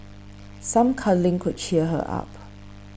some cuddling could cheer her up